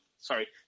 sorry